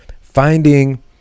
finding